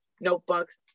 notebooks